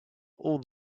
all